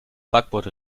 backbord